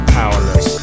powerless